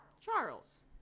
Charles